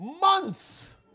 months